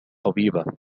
طبيبة